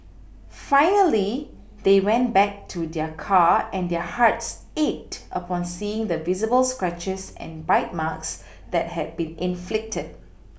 finally they went back to their car and their hearts ached upon seeing the visible scratches and bite marks that had been inflicted